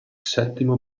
settimo